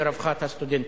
לרווחת הסטודנטים.